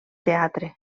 teatre